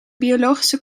biologische